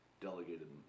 delegated